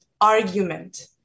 argument